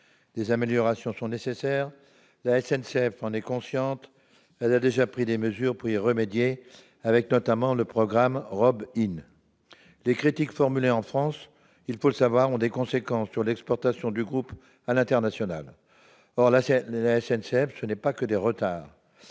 Des améliorations sont nécessaires. La SNCF en est consciente. Pour ce faire, elle a déjà pris des mesures, notamment avec le programme ROBIN. Les critiques formulées en France, il faut le savoir, ont des conséquences sur l'exploitation du groupe à l'international. Or, la SNCF, ce ne sont pas que des retards.